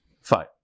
fine